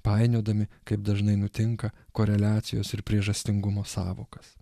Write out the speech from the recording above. painiodami kaip dažnai nutinka koreliacijos ir priežastingumo sąvokas